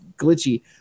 glitchy